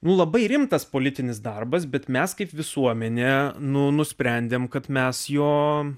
labai rimtas politinis darbas bet mes kaip visuomenė nusprendėme kad mes jo